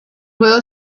juego